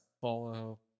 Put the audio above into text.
Follow